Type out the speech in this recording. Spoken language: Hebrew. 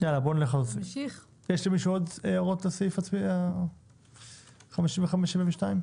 האם יש לעוד מישהו הערות לסעיף לגבי 55' ו-72'?